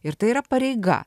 ir tai yra pareiga